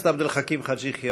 חבר הכנסת עבד אל חכים חאג' יחיא,